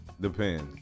Depends